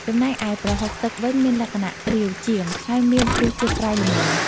ចំណែកឯ ប្រហុកទឹក វិញ មានលក្ខណៈរាវជាង ហើយមានរសជាតិប្រៃល្មម។